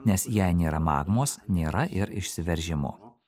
nes jei nėra magmos nėra ir išsiveržimų